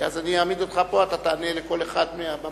כי אז אני אעמיד אותך פה ואתה תענה לכל אחד מהבמה.